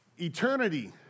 eternity